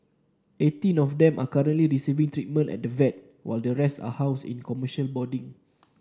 eighteen of them are currently receiving treatment at the vet while the rest are housed in commercial boarding